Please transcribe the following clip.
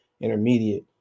intermediate